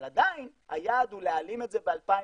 אבל עדיין היעד הוא להעלים את זה ב-2025.